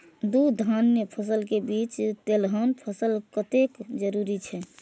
दू धान्य फसल के बीच तेलहन फसल कतेक जरूरी छे?